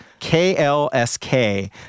KLSK